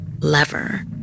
lever